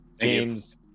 james